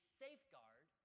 safeguard